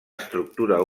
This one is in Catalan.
estructura